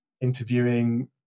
interviewing